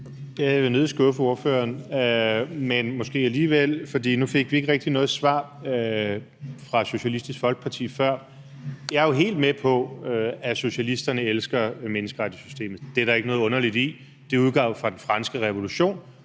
jeg vil jo nødig skuffe ordføreren – eller det vil jeg måske alligevel. Nu fik vi ikke rigtig noget svar fra Socialistisk Folkeparti før. Jeg er jo helt med på, at socialisterne elsker menneskerettighedssystemet, og det er der ikke noget underligt i, da det jo udgår fra den franske revolution